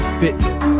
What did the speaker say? fitness